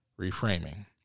reframing